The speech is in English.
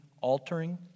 altering